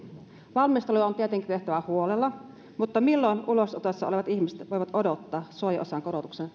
valmisteluja on tietenkin tehtävä huolella mutta milloin ulosotossa olevat ihmiset voivat odottaa suojaosan korotuksen